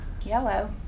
yellow